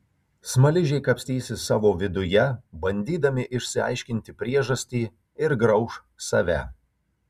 smaližiai kapstysis savo viduje bandydami išsiaiškinti priežastį ir grauš save